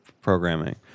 programming